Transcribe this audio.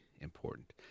important